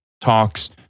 talks